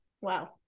Wow